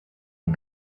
den